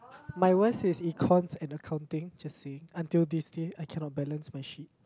my worst is econs and accounting just seeing until this day I cannot balance my sheet